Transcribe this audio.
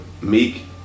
Meek